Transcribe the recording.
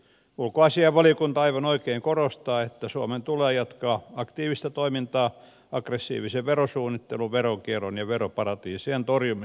ulkoasiainvaliokunta aivan oikein korostaa että suomen tulee jatkaa aktiivista toimintaa aggressiivisen verosuunnittelun veronkierron ja veroparatiisien torjumiseksi